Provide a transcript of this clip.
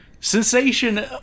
Sensation